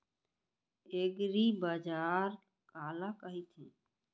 एगरीबाजार काला कहिथे?